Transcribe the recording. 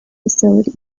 facility